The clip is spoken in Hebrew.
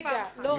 אפילו פעם אחת.